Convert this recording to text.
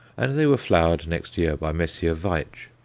and they were flowered next year by messrs. veitch.